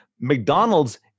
McDonald's